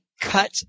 cut